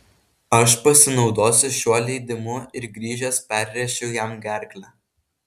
aš pasinaudosiu šiuo leidimu ir grįžęs perrėšiu jam gerklę